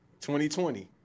2020